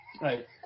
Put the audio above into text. Right